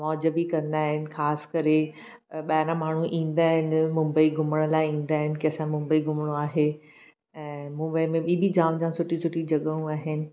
मौज बि कंदा आहिनि ख़ासि करे अ ॿाहिरां माण्हू ईंदा आहिनि मुम्बई घुमण लाइ ईंदा आहिनि की असां मुम्बई घुमणो आहे ऐं मुम्बई में ॿी ॿी जामु जामु सुठियूं सुठियूं जॻहियूं आहिनि